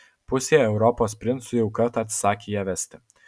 pusė europos princų jau kartą atsisakė ją vesti